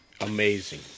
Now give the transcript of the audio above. amazing